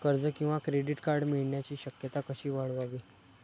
कर्ज किंवा credit card मिळण्याची शक्यता कशी वाढवावी?